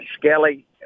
Skelly